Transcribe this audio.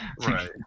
right